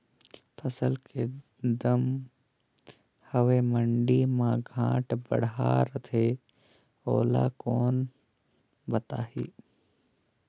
फसल के दम हवे मंडी मा घाट बढ़ा रथे ओला कोन बताही?